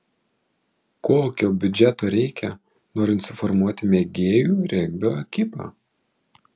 kokio biudžeto reikia norint suformuoti mėgėjų regbio ekipą